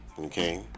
okay